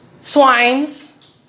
Swines